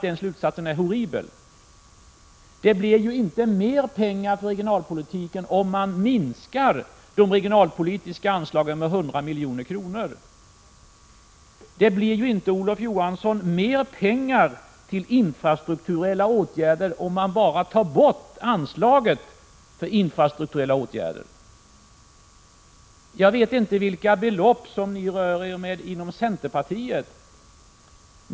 Det blir ju inte mer pengar till regionalpolitiken om man minskar de regionalpolitiska anslagen med 100 milj.kr. Det blir ju inte, Olof Johansson, mer pengar till infrastrukturella åtgärder om man bara tar bort anslaget till infrastrukturella åtgärder. Jag vet inte vilka belopp ni rör er med inom centerpartiet.